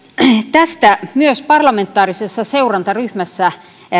tästä myös parlamentaarisessa seurantaryhmässä